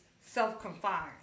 self-confined